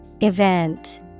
Event